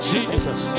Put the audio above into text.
Jesus